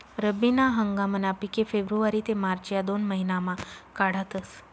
रब्बी ना हंगामना पिके फेब्रुवारी ते मार्च या दोन महिनामा काढातस